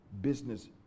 business